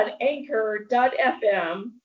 anchor.fm